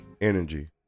energy